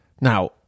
Now